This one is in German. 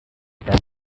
band